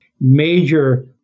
Major